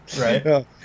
right